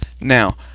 now